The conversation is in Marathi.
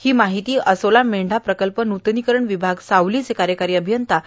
अशी माहिती आसोला मेंढा प्रकल्प नूतनीकरण विभाग सावलीचे कार्यकारी अभियंता श्री